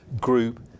group